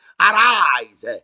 arise